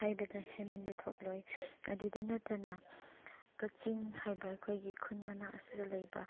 ꯍꯥꯏꯕꯗ ꯍꯥꯏꯃꯟꯕ ꯊꯣꯛꯂꯣꯏ ꯑꯗꯨꯗ ꯅꯠꯇꯅ ꯀꯛꯆꯤꯡ ꯍꯥꯏꯕ ꯑꯩꯈꯣꯏꯒꯤ ꯈꯨꯟ ꯃꯅꯥꯛ ꯑꯁꯤꯗ ꯂꯩꯕ